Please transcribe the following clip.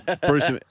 Bruce